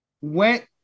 went